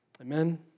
Amen